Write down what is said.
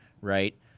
Right